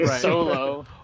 solo